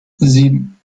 sieben